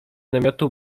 namiotu